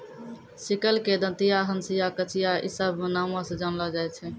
sickle के दंतिया, हंसिया, कचिया इ सभ नामो से जानलो जाय छै